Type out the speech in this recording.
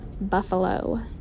buffalo